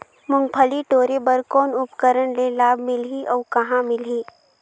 मुंगफली टोरे बर कौन उपकरण ले लाभ मिलही अउ कहाँ मिलही?